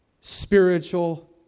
spiritual